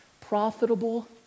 Profitable